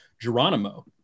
Geronimo